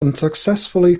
unsuccessfully